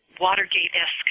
Watergate-esque